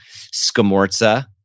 scamorza